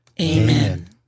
Amen